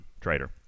trader